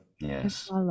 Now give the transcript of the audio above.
Yes